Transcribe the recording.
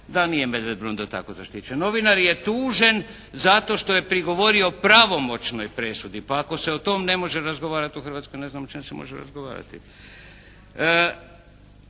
Da, nije medved Brundo tako zaštićen. Novinar je tužen zato što je prigovorio pravomoćnoj presudi. Pa ako se o tome ne može rezgovarati u Hrvatskoj ne znam o čemu se može razgovarati.